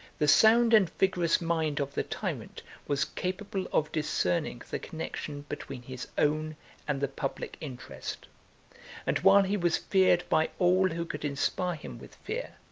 the sound and vigorous mind of the tyrant was capable of discerning the connection between his own and the public interest and while he was feared by all who could inspire him with fear,